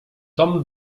tom